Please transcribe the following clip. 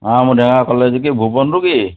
ହଁ ମୁଁ ଢେଙ୍କାନାଳ କଲେଜ୍ କିଏ ଭୁବନରୁ କି